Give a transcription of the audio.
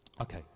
Okay